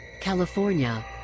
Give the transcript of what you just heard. California